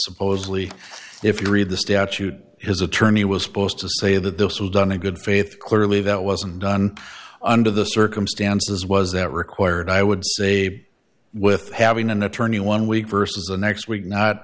supposedly if you read the statute his attorney was supposed to say that this was done in good faith clearly that wasn't done under the circumstances was that required i would say with having an attorney one week versus the next week not